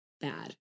bad